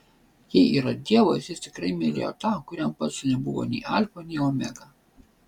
jei yra dievas jis tikrai mylėjo tą kuriam pats nebuvo nei alfa nei omega